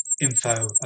info